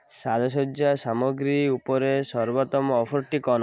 ସାଜସଜ୍ଜା ସାମଗ୍ରୀ ଉପରେ ସର୍ବୋତ୍ତମ ଅଫର୍ଟି କ'ଣ